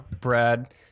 Brad